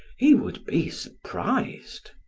he would be surprised.